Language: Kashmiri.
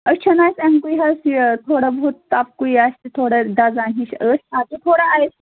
أچھَن آسہِ امکُے حظ یہِ تھوڑا بہت تَپکُے آسہِ تھوڑا دَزان ہِش أچھ اتھ چھُ تھوڑا آیِس